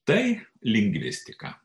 tai lingvistika